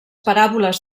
paràboles